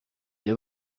they